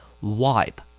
Wipe